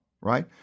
right